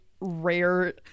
rare